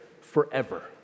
forever